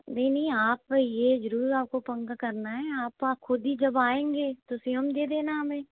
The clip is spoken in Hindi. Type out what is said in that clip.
अरे नहीं आप ये ज़रूर आपको पक्का करना हैं आप वहाँ ख़ुद ही जब आएंगे तो स्वयं दे देना हमें